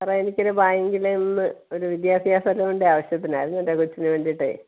സാറേ എനിക്കൊരു ബാങ്കിലെ ഒന്ന് ഒരു വിദ്യാഭ്യാസ ലോണിൻ്റെ ആവശ്യത്തിന് ആയിരുന്നു എൻറെ കൊച്ചിന് വേണ്ടിയിട്ടേ